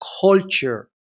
culture